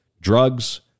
drugs